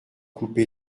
coupé